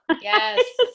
Yes